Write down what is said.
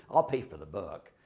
i'll pay for the book.